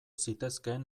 zitezkeen